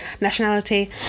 nationality